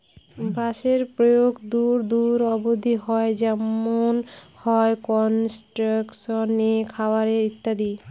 বাঁশের প্রয়োগ দূর দূর অব্দি হয় যেমন হয় কনস্ট্রাকশনে, খাবারে ইত্যাদি